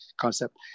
concept